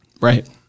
Right